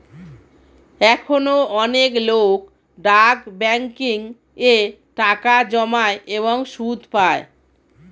এখনো অনেক লোক ডাক ব্যাংকিং এ টাকা জমায় এবং সুদ পায়